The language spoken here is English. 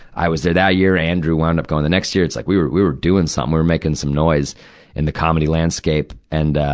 i was there that year. andrew wound up going the next year. it's like, we were, we were doing something. we're making some noise in the comedy landscape. and, ah,